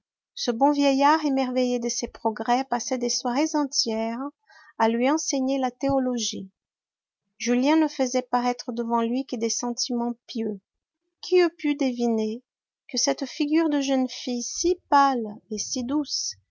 ce bon vieillard émerveillé de ses progrès passait des soirées entières à lui enseigner la théologie julien ne faisait paraître devant lui que des sentiments pieux qui eût pu deviner que cette figure de jeune fille si pâle et si douce